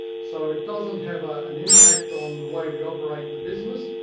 so it doesn't have ah an impact on the way we operate the business,